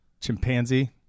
chimpanzee